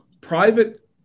Private